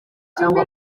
cyangwa